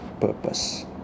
purpose